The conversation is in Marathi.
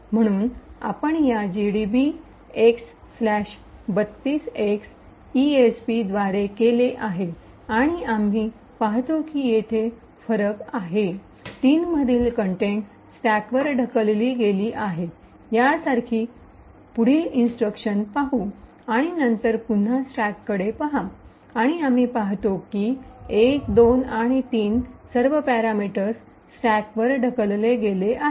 म्हणून आपण या gdb x 32x esp द्वारे केले आहे आणि आम्ही पाहतो की येथे फरक आहे 3 मधील कंटेनट स्टॅकवर ढकलली गेली आहे यासारखी आणखी पुढील इंस्ट्रक्शन पाहू आणि नंतर पुन्हा स्टॅककडे पहा आणि आम्ही पाहतो की 1 2 आणि 3 सर्व पॅरामीटर्स स्टॅकवर ढकलले गेले आहेत